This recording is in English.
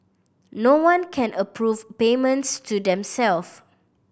no one can approve payments to themself